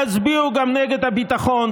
תצביעו גם נגד הביטחון,